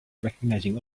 recognizing